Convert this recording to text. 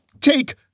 take